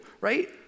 right